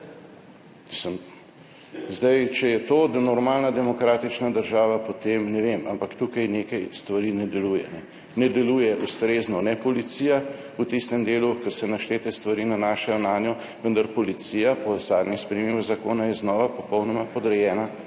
Mislim, če je to normalna demokratična država, potem ne vem. Ampak tukaj nekaj stvari ne deluje. Ne deluje ustrezno policija v tistem delu, kjer se naštete stvari nanašajo nanjo, vendar policija je po zadnjih spremembah zakona znova popolnoma podrejena